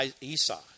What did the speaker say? Esau